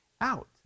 out